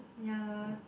ya